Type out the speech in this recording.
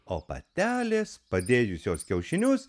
o patelės padėjusios kiaušinius